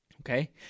Okay